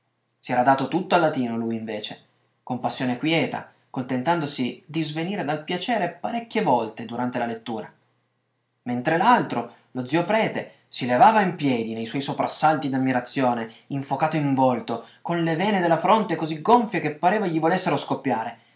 si era dato tutto al latino lui invece con passione quieta contentandosi di svenire dal piacere parecchie volte durante la lettura mentre l'altro lo zio prete si levava in piedi nei suoi soprassalti d'ammirazione infocato in volto con le vene della fronte così gonfie che pareva gli volessero scoppiare